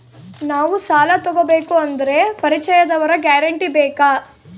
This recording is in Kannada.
ನಾವು ಸಾಲ ತೋಗಬೇಕು ಅಂದರೆ ಪರಿಚಯದವರ ಗ್ಯಾರಂಟಿ ಬೇಕಾ?